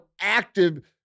active